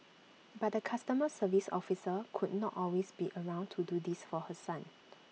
but the customer service officer could not always be around to do this for her son